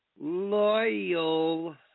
loyal